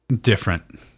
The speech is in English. different